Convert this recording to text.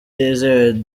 yizewe